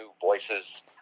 voices